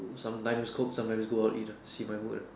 sometimes cook sometimes go out eat lah see my mood lah